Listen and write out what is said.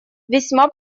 весьма